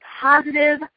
positive